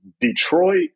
Detroit